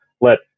let